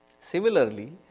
Similarly